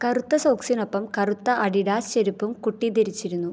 കറുത്ത സോക്സിനൊപ്പം കറുത്ത അഡിഡാസ് ചെരുപ്പും കുട്ടി ധരിച്ചിരുന്നു